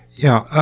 yeah,